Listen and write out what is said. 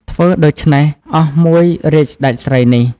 ធ្វើដូចេ្នះអស់មួយរាជ្យសេ្តចស្រីនេះ។